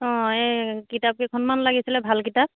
অ' এই কিতাপকেইখনমান লাগিছিলে ভাল কিতাপ